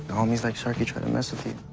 homies like sharkey try to mess with you.